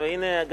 והנה,